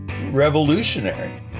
revolutionary